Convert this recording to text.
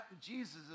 Jesus